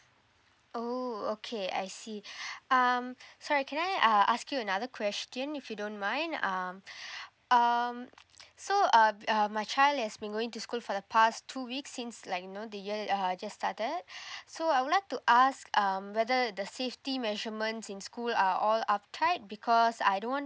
oh okay I see um so can I uh ask you another question if you don't mind uh um so uh uh my child has been going to school for the past two weeks since like you know the year uh just started so I would like to ask um whether the safety measurement in school are all uptight because I don't want